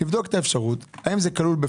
תבדוק את האפשרות האם זה כלול.